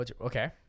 Okay